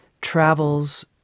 travels